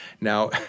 Now